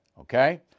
Okay